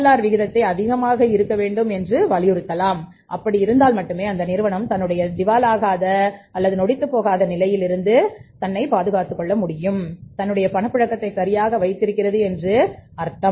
R விகிதம் அதிகமாக இருக்க வேண்டும் என்று வலியுறுத்த வேண்டும் அப்படி இருந்தால் மட்டுமே அந்த நிறுவனம் தன்னுடைய திவால் ஆகாத நிலையை நமக்கு வெளிப்படுத்தும் அதுமட்டுமல்லாமல் தன்னுடைய பணப்புழக்கத்தை சரியாக வைத்து இருக்கிறது என்று அர்த்தம்